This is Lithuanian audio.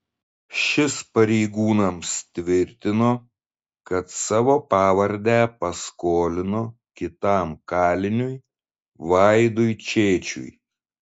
šis pareigūnams tvirtino kad savo pavardę paskolino kitam kaliniui vaidui čėčiui